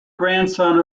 grandson